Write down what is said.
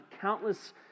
countless